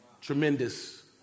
tremendous